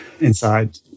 inside